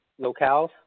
locales